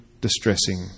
distressing